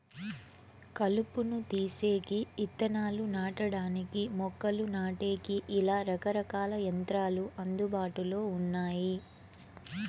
కలుపును తీసేకి, ఇత్తనాలు నాటడానికి, మొక్కలు నాటేకి, ఇలా రకరకాల యంత్రాలు అందుబాటులో ఉన్నాయి